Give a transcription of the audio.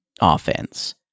offense